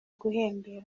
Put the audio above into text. guhembera